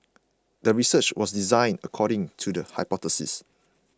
the research was designed according to the hypothesis